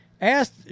asked